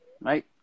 right